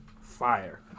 Fire